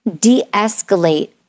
de-escalate